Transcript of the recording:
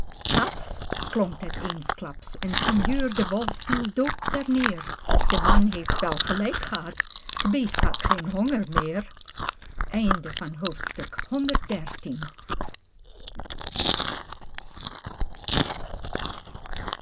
klonk het eensklaps en sinjeur de wolf viel dood terneer de man heeft wel gelijk gehad t beest had geen honger meer